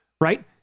right